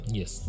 yes